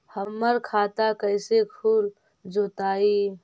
हमर खाता कैसे खुल जोताई?